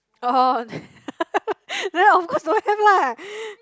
oh then of course don't have lah